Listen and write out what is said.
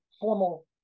formal